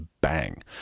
bang